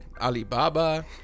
Alibaba